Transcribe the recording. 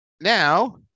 Now